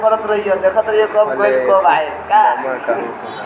Flexi जमा का होखेला?